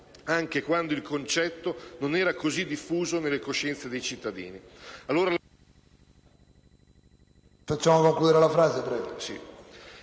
anche quando il concetto non era così diffuso nella coscienza dei cittadini.